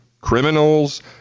criminals